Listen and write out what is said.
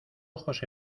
ojos